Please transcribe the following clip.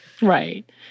Right